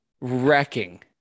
Wrecking